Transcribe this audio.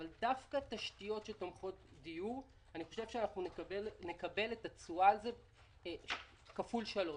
אבל דווקא בתשתיות תומכות דיור אני חושב שנקבל תשואה פי שלושה.